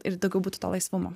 ir daugiau būtų to laisvumo